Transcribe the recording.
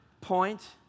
point